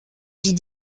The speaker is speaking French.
vit